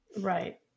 Right